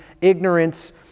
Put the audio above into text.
ignorance